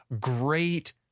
Great